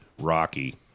Rocky